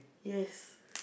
yes